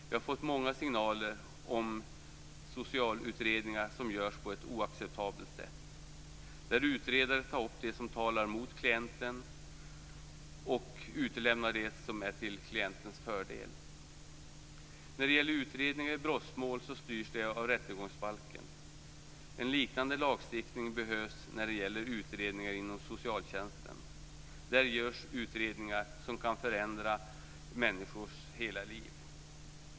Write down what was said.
Vi har fått många signaler om socialutredningar som görs på ett oacceptabelt sätt, där utredare tar upp det som talar mot klienten och utelämnar det som är till klientens fördel. Utredning i brottmål styrs av rättegångsbalken. En liknande lagstiftning behövs när det gäller utredningar inom socialtjänsten. Där görs utredningar som kan förändra människors hela liv.